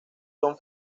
son